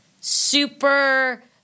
super